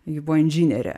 ji buvo inžinierė